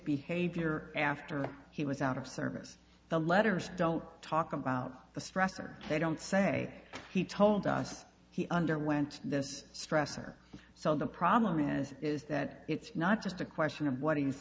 behavior after he was out of service the letters don't talk about the stress or they don't say he told us he underwent this stress or so the problem is is that it's not just a question of what he was